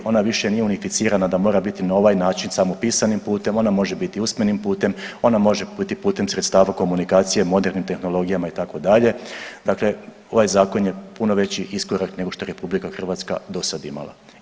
Ona više nije unificirana da mora biti na ovaj način samo pisanim putem, ona može biti usmenim putem, ona može biti putem sredstava komunikacije modernim tehnologijama itd., dakle ovaj zakon je puno veći iskorak nego što je RH do sad imala.